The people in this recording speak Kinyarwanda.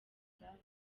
ibyabaye